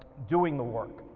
doing the work,